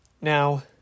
Now